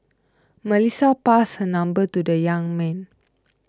Melissa passed her number to the young man